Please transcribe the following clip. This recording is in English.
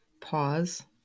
Pause